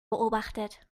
beobachtet